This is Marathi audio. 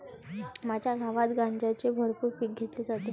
माझ्या गावात गांजाचे भरपूर पीक घेतले जाते